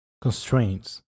constraints